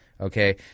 okay